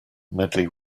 medley